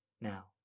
Now